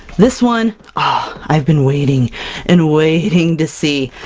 this one ah, i've been waiting and waiting to see!